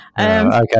Okay